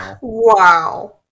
Wow